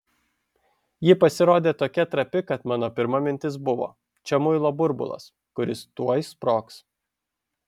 ji pasirodė tokia trapi kad mano pirma mintis buvo čia muilo burbulas kuris tuoj sprogs